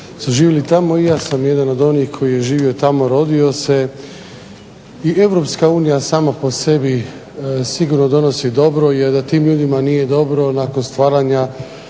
su živili tamo, pa i ja sam jedan od onih koji su živjeli tamo i rodio se, Europska unija sama po sebi sigurno donosi dobro jer da tim ljudima nije dobro nakon stvaranja